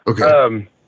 Okay